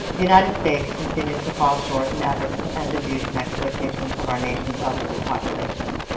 the united states continues to fall short in efforts to end abuse and exploitation of our nation's elderly population.